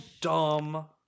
dumb